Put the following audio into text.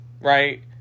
right